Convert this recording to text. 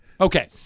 Okay